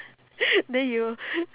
then you